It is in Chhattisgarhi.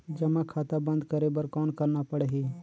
जमा खाता बंद करे बर कौन करना पड़ही?